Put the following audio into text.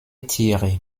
tiere